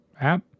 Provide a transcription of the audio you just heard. app